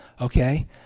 okay